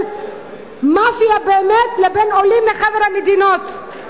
מאפיה באמת לבין עולים מחבר המדינות?